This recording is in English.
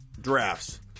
drafts